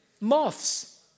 Moths